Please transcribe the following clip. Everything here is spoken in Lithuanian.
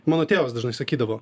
mano tėvas dažnai sakydavo